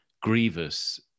grievous